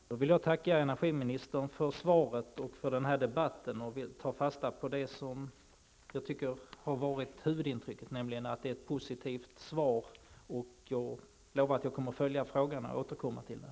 Herr talman! Jag vill då tacka energiministern för svaret och för den här debatten. Jag tar fasta på det som jag anser vara huvudintrycket, nämligen att det är ett positivt svar. Jag lovar att följa frågan och återkomma till den.